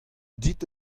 dit